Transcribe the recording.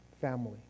family